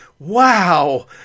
Wow